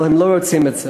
אבל הם לא רוצים את זה.